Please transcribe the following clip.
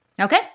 Okay